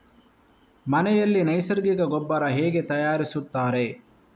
ಮನೆಯಲ್ಲಿ ನೈಸರ್ಗಿಕ ಗೊಬ್ಬರ ಹೇಗೆ ತಯಾರಿಸುತ್ತಾರೆ?